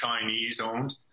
Chinese-owned